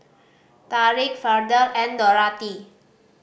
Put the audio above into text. Tariq Verdell and Dorathy